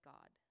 God